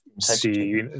see